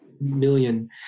million